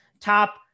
top